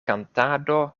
kantado